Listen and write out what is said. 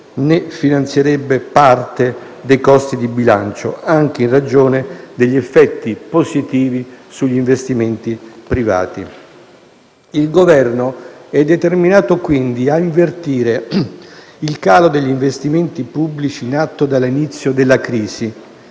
Il Governo è determinato, quindi, a invertire il calo degli investimenti pubblici in atto dall'inizio della crisi,